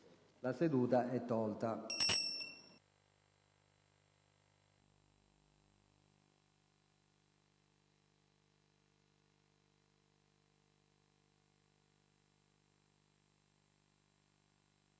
La seduta è tolta